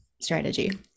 strategy